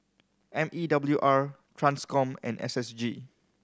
M E W R Transcom and S S G